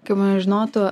kad mane žinotų